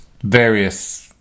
various